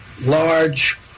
large